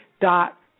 dot